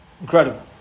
Incredible